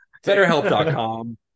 BetterHelp.com